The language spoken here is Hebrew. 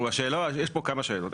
תיראו, יש פה כמה שאלות.